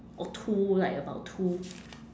or two like about two